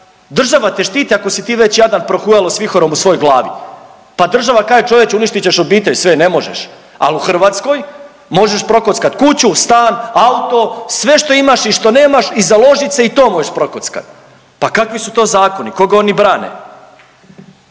Država te štiti ako si ti već jadan prohujalo s vihorom u svojoj glavi, pa država kaže čovječe uništit ćeš obitelj, sve, ne možeš, ali u Hrvatskoj možeš prokockat kuću, stan, auto, sve što imaš i što nemaš i založit se i to možeš prokockat. Pa kakvi su to zakoni, koga oni brane?